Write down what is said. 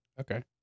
Okay